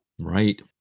Right